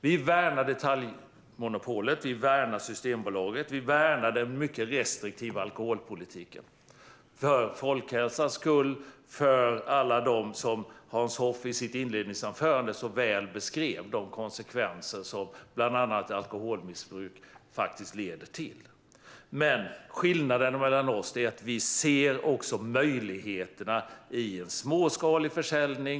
Vi värnar detaljmonopolet, vi värnar Systembolaget och vi värnar den mycket restriktiva alkoholpolitiken för folkhälsans skull och för alla dem som Hans Hoff i sitt inledningsanförande så väl beskrev. Det handlar om de konsekvenser som bland annat alkoholmissbruk leder till. Skillnaden mellan oss är att vi också ser möjligheterna med en småskalig försäljning.